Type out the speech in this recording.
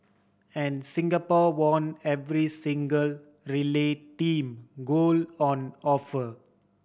and Singapore won every single relay team gold on offer